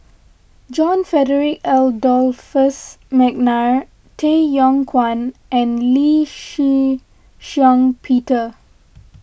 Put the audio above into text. John Frederick Adolphus McNair Tay Yong Kwang and Lee Shih Shiong Peter